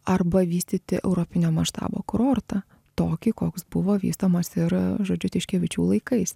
arba vystyti europinio maštabo kurortą tokį koks buvo vystomas ir žodžiu tiškevičių laikais